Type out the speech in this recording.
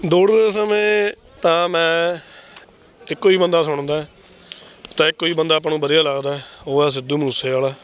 ਦੌੜਦੇ ਸਮੇਂ ਤਾਂ ਮੈਂ ਇੱਕੋ ਹੀ ਬੰਦਾ ਸੁਣਦਾ ਤਾਂ ਇੱਕੋ ਹੀ ਬੰਦਾ ਆਪਾਂ ਨੂੰ ਵਧੀਆ ਲੱਗਦਾ ਉਹ ਹੈ ਸਿੱਧੂ ਮੂਸੇਆਲਾ